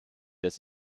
des